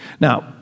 Now